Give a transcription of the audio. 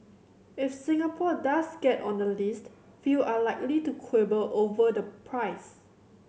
if Singapore does get on the list few are likely to quibble over the price